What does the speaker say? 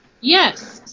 Yes